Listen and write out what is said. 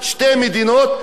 מצד אחד,